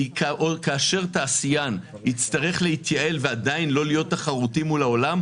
כאשר תעשיין יצטרך להתייעל ועדיין לא להיות תחרותי מול העולם,